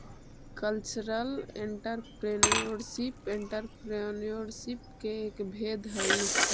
cultural entrepreneurship entrepreneurship के एक भेद हई